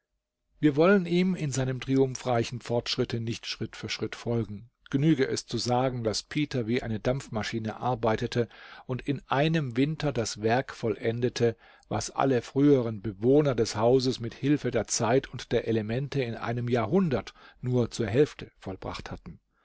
wir wollen ihm in seinem triumphreichen fortschritte nicht schritt für schritt folgen genüge es zu sagen daß peter wie eine dampfmaschine arbeitete und in einem winter das werk vollendete was alle früheren bewohner des hauses mit hilfe der zeit und der elemente in einem jahrhundert nur zur hälfte vollbracht hatten